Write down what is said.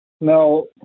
No